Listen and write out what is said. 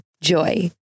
JOY